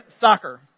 soccer